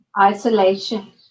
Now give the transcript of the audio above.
Isolation